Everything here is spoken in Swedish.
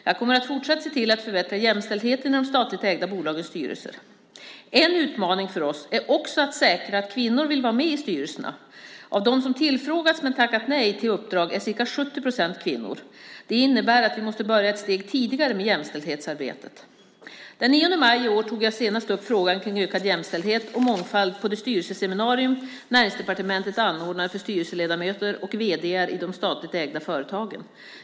Jag kommer att fortsatt se till att förbättra jämställdheten i de statligt ägda bolagens styrelser. En utmaning för oss är också att säkra att kvinnor vill vara med i styrelserna. Av dem som tillfrågats men tackat nej till uppdrag är ca 70 procent kvinnor. Det innebär att vi måste börja ett steg tidigare med jämställdhetsarbetet. Den 9 maj i år tog jag senast upp frågan kring ökad jämställdhet och mångfald på det styrelseseminarium Näringsdepartementet anordnade för styrelseledamöter och vd:ar i de statligt ägda företagen.